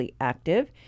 active